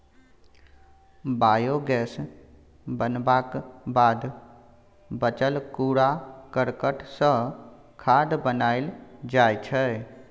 biogas बनबाक बाद बचल कुरा करकट सँ खाद बनाएल जाइ छै